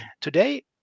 Today